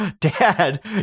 Dad